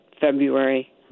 February